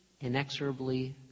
inexorably